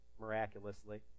miraculously